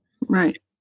right